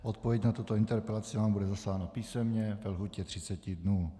Odpověď na tuto interpelaci vám bude zaslána písemně ve lhůtě 30 dnů.